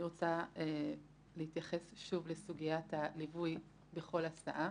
אני רוצה להתייחס שוב לסוגיית הליווי בכל הסעה.